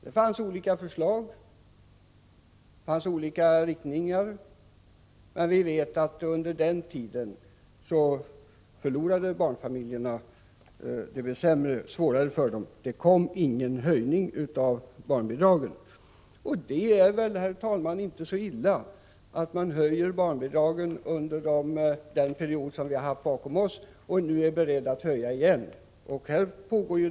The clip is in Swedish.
Det fanns olika förslag och tankar, men det blev svårare för barnfamiljerna under den tiden. Det kom ingen höjning av barnbidragen. Det är väl, herr talman, inte så illa att vi har höjt barnbidragen under den period som vi har bakom oss och att vi nu är beredda att höja dem igen.